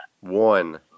One